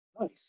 nice